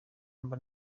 mba